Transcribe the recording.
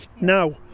now